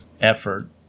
effort